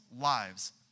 lives